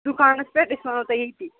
دُکانَس پٮ۪ٹھ أسۍ وَنو تۄہہِ ییٚتی